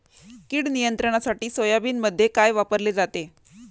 कीड नियंत्रणासाठी सोयाबीनमध्ये काय वापरले जाते?